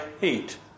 heat